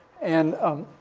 and, um,